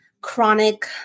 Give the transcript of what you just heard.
chronic